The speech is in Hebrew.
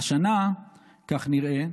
"השנה, כך נראה,